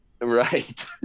Right